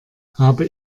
habe